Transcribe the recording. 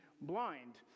blind